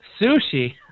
Sushi